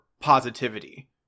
positivity